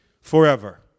forever